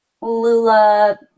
Lula